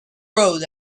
road